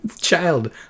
child